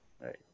right